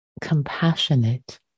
compassionate